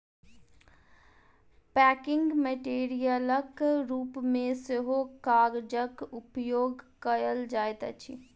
packing मेटेरियलक रूप मे सेहो कागजक उपयोग कयल जाइत अछि